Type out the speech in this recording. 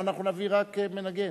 אנחנו נביא רק מנגן.